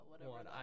one